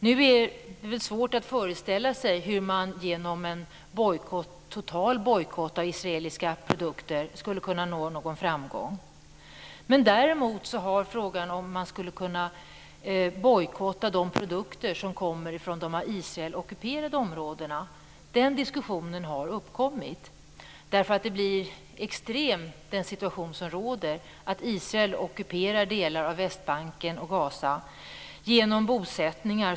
Nu är det svårt att föreställa sig hur man genom en total bojkott av israeliska produkter skulle kunna nå framgång. Däremot har det uppkommit en diskussion om möjligheten att bojkotta de produkter som kommer från de av Israel ockuperade områdena. Det är en extrem situation som råder när Israel ockuperar delar av Västbanken och Gaza genom bosättningar.